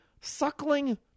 suckling